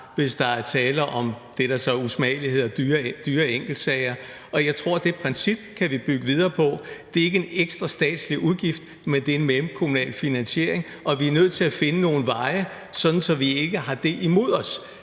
hvis der er tale om det, der så usmageligt hedder dyre enkeltsager. Jeg tror, at vi kan bygge videre på det princip. Det er ikke en ekstra statslig udgift, men en mellemkommunal finansiering, og vi er nødt til at finde nogle veje, sådan at vi ikke har det imod os,